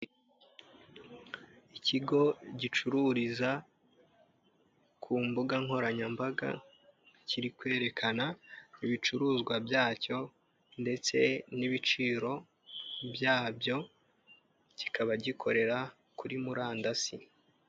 Ikigo gicururiza ku mbuga nkoranyambaga kiri kwerekana ibicuruzwa byacyo, ndetse n'ibiciro byabyo kikaba gikorera kuri murandasi.